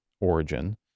origin